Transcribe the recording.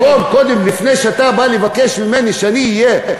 לפני שאתה בא לבקש ממני שאני אהיה,